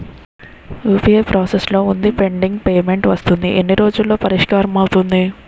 UPI process లో వుందిపెండింగ్ payment వస్తుంది ఎన్ని రోజుల్లో పరిష్కారం అవుతుంది